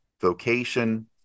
vocation